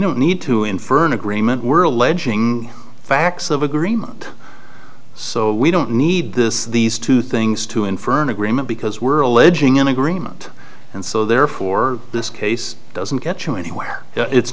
don't need to infer nick rayment were alleging facts of agreement so we don't need this these two things to infernal grima because we're alleging in agreement and so therefore this case doesn't get you anywhere it's